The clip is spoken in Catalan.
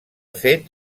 fet